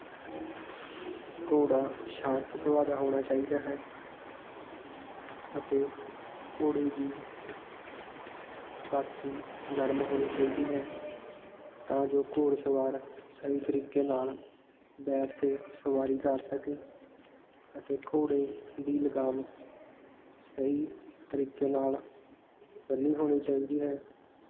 ਘੋੜਾ ਸ਼ਾਂਤ ਸੁਭਾਅ ਦਾ ਹੋਣਾ ਚਾਹੀਦਾ ਹੈ ਅਤੇ ਘੋੜੇ ਦੀ ਕਾਠੀ ਨਰਮ ਹੋਣੀ ਚਾਹੀਦੀ ਹੈ ਤਾਂ ਜੋ ਘੋੜ ਸਵਾਰ ਸਹੀ ਤਰੀਕੇ ਨਾਲ ਬੈਠ ਕੇ ਸਵਾਰੀ ਕਰ ਸਕੇ ਅਤੇ ਘੋੜੇ ਦੀ ਲਗਾਮ ਸਹੀ ਤਰੀਕੇ ਨਾਲ ਬੰਨ੍ਹੀ ਹੋਣੀ ਚਾਹੀਦੀ ਹੈ